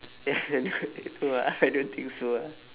ya no ah I don't think so ah